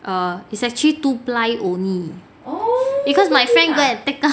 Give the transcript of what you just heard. err is actually two ply only because my friend go and take out